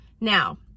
Now